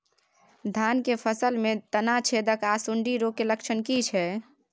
धान की फसल में तना छेदक आर सुंडी रोग के लक्षण की छै?